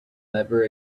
never